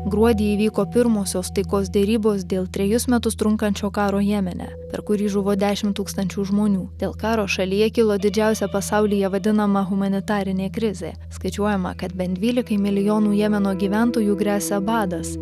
gruodį įvyko pirmosios taikos derybos dėl trejus metus trunkančio karo jemene per kurį žuvo dešim tūkstančių žmonių dėl karo šalyje kilo didžiausia pasaulyje vadinama humanitarinė krizė skaičiuojama kad bent dvylikai milijonų jemeno gyventojų gresia badas